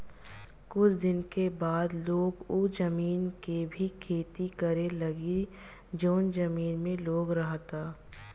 कुछ दिन के बाद लोग उ जमीन के भी खेती करे लागी जवन जमीन में लोग रहता